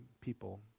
people